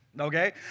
Okay